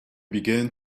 began